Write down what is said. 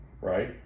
Right